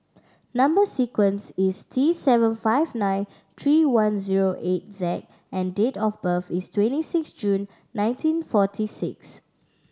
number sequence is T seven five nine three one zero eight Z and date of birth is twenty six June nineteen forty six